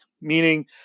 meaning